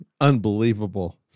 Unbelievable